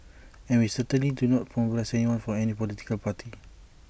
and we certainly do not mobilise anyone for any political party